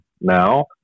now